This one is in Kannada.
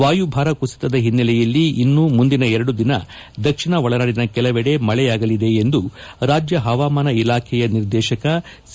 ವಾಯುಭಾರ ಕುಸಿತದ ಹಿನ್ನೆಲೆಯಲ್ಲಿ ಇನ್ನು ಮುಂದಿನ ಎರಡು ದಿನ ದಕ್ಷಿಣ ಒಳನಾಡಿನ ಕೆಲವೆಡೆ ಮಳೆಯಾಗಲಿದೆ ಎಂದು ರಾಜ್ಯ ಪವಾಮಾನ ಇಲಾಖೆಯ ನಿರ್ದೇಶಕ ಸಿ